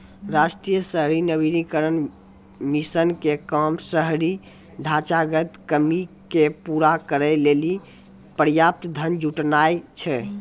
राष्ट्रीय शहरी नवीकरण मिशन के काम शहरी ढांचागत कमी के पूरा करै लेली पर्याप्त धन जुटानाय छै